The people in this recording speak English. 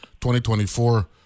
2024